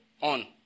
on